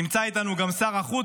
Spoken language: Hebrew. נמצא איתנו גם שר החוץ,